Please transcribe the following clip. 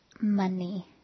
money